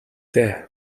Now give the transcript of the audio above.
дээ